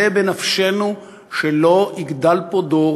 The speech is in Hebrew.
זה בנפשנו שלא יגדל פה דור